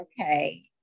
okay